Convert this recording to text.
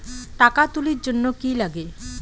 টাকা তুলির জন্যে কি লাগে?